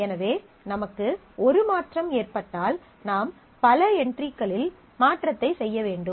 எனவே நமக்கு ஒரு மாற்றம் ஏற்பட்டால் நாம் பல என்ட்ரிகளில் மாற்றத்தை செய்ய வேண்டும்